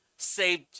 Saved